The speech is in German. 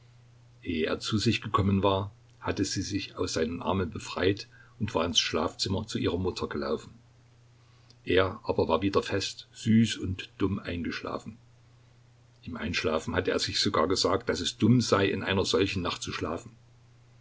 er zu sich gekommen war hatte sie sich aus seinen armen befreit und war ins schlafzimmer zu ihrer mutter gelaufen er aber war wieder fest süß und dumm eingeschlafen im einschlafen hatte er sich sogar gesagt daß es dumm sei in einer solchen nacht zu schlafen